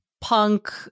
punk